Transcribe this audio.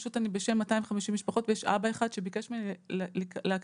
פשוט אני בשם 250 משפחות ויש אבא אחד שביקש ממני להקריא,